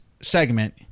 segment